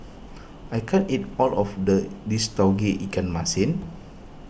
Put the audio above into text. I can't eat all of the this Tauge Ikan Masin